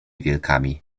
wilkami